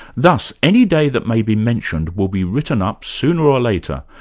thus any day that may be mentioned will be written up sooner or later,